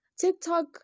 TikTok